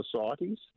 societies